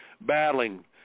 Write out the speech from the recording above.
battling